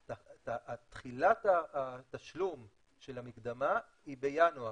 תחילת התשלום של המקדמה היא בינואר,